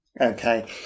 okay